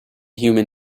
human